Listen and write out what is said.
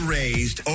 raised